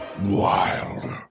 Wild